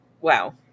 wow